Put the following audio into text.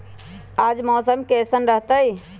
आज मौसम किसान रहतै?